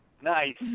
Nice